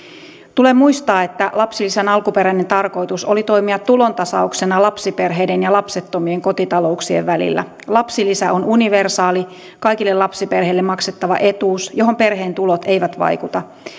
tulee muistaa että lapsilisän alkuperäinen tarkoitus oli toimia tulontasauksena lapsiperheiden ja lapsettomien kotitalouksien välillä lapsilisä on universaali kaikille lapsiperheille maksettava etuus johon perheen tulot eivät vaikuta